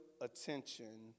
attention